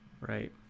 Right